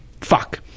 Fuck